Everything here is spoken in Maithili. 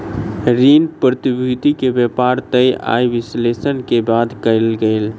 ऋण प्रतिभूति के व्यापार तय आय विश्लेषण के बाद कयल गेल